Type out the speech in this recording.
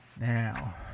Now